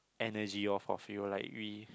energy off of you like we